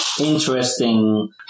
interesting